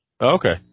Okay